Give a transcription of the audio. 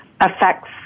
affects